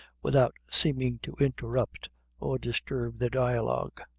without seeming to interrupt or disturb their dialogue.